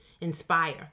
inspire